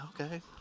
okay